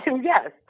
yes